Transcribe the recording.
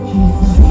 Jesus